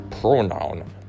pronoun